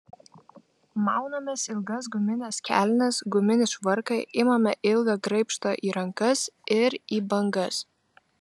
maunamės ilgas gumines kelnes guminį švarką imame ilgą graibštą į rankas ir į bangas